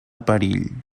perill